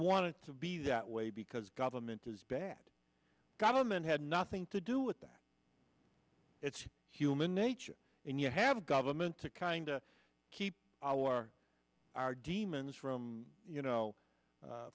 want to be that way because government is bad government had nothing to do with that it's human nature and you have government to kind of keep our our demons from you know